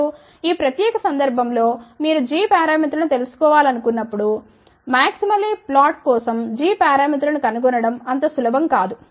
ఇప్పుడు ఈ ప్రత్యేక సందర్భం లో మీరు g పారామితులను తెలుసుకోవాలనుకున్నప్పుడు ఇప్పుడు మాక్సిమల్లీ ఫ్లాట్ కోసం g పారామితులను కనుగొనడం అంత సులభం కాదు